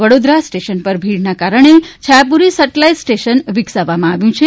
Vadodara station પર ભીડના કારણે છાયાપુરી સેટેલાઇટ સ્ટેશન વિકસાવવામાં આવ્યું છે